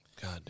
God